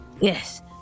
yes